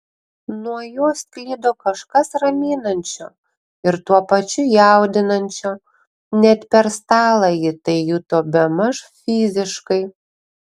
nuo jo sklido kažkas raminančio ir tuo pačiu jaudinančio net per stalą ji tai juto bemaž fiziškai